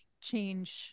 change